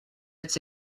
its